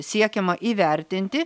siekiama įvertinti